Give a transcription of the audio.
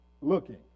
looking